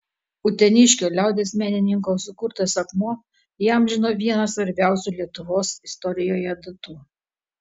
uteniškio liaudies menininko sukurtas akmuo įamžino vieną svarbiausių lietuvos istorijoje datų